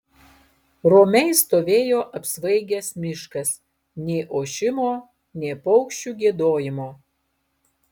romiai stovėjo apsvaigęs miškas nė ošimo nė paukščių giedojimo